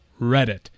Reddit